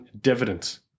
dividends